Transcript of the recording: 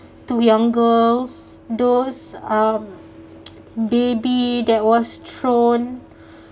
two young girls those uh baby that was thrown